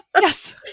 Yes